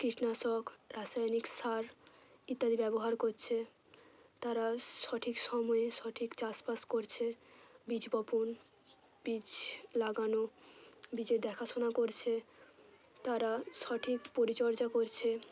কীটনাশক রাসায়নিক সার ইত্যাদি ব্যবহার করছে তারা সঠিক সময়ে সঠিক চাষবাস করছে বীজ বপন বীজ লাগানো বীজের দেখাশোনা করছে তারা সঠিক পরিচর্যা করছে